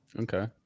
Okay